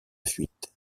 fuite